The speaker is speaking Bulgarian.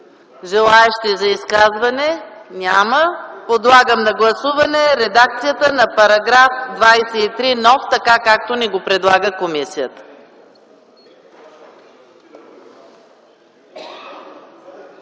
желаещи за изказване? Няма. Подлагам на гласуване редакцията на новия § 22, така както ни го предлага комисията.